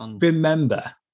remember